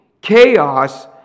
chaos